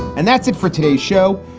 and that's it for today's show,